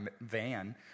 van